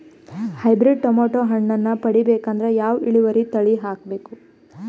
Hybrid tomato ಹಣ್ಣನ್ನ ಪಡಿಬೇಕಂದರ ಯಾವ ಇಳುವರಿ ತಳಿ ಹಾಕಬೇಕು?